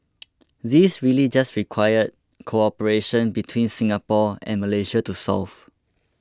these really just required cooperation between Singapore and Malaysia to solve